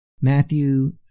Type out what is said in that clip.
Matthew